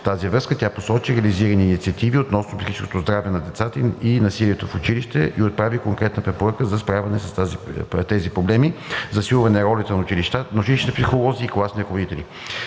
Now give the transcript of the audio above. тази връзка тя посочи реализирани инициативи относно психическото здраве на децата и насилието в училищата и отправи конкретни препоръки за справяне с тези проблеми – засилване ролята на училищните психолози и класните ръководители.